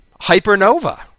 Hypernova